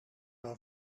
are